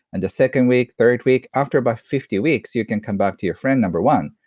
and the second week, third week. after about fifty weeks, you can come back to your friend number one.